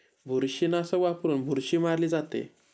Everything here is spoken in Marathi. बुरशीनाशक वापरून बुरशी मारली जाते